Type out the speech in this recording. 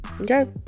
okay